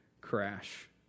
crash